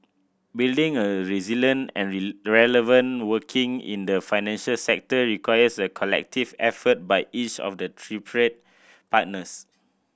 building a resilient and relevant working in the financial sector requires a collective effort by each of the tripartite partners